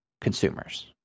consumers